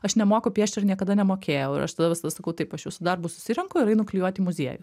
aš nemoku piešti ir niekada nemokėjau ir aš tada visada sakau taip aš jūsų darbus susirenku ir einu klijuot į muziejų